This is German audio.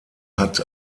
hat